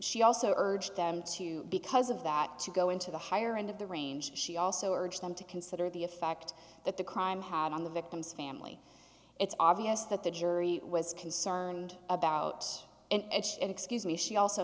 she also urged them to because of that to go into the higher end of the range she also urged them to consider the effect that the crime had on the victim's family it's obvious that the jury was concerned about and excuse me she also